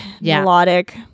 melodic